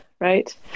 right